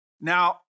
Now